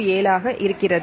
07 ஆக இருக்கிறது